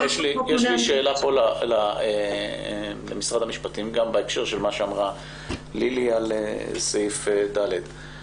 יש לי שאלה למשרד המשפטים גם בהקשר של מה שאמרה לילי על סעיף (ד).